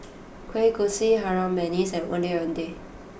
Kueh Kosui Harum Manis and Ondeh Ondeh